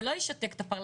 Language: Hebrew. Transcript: זה לא ישתק את הפרלמנט.